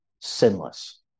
sinless